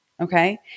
Okay